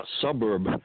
suburb